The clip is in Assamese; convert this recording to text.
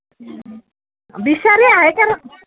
বিচাৰি আহে কাৰণ